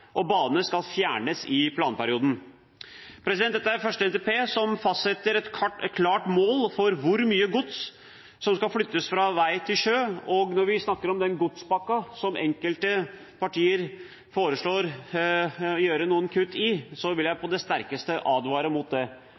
og bane skal fjernes i planperioden. Dette er den første NTP som fastsetter et klart mål for hvor mye gods som skal flyttes fra vei til sjø. Og når vi snakker om den godspakken som enkelte partier foreslår å gjøre noen kutt i, vil jeg på det sterkeste advare mot det.